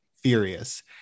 furious